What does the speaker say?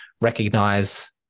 recognize